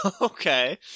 Okay